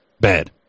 Bad